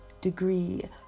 degree